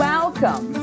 Welcome